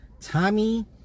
Tommy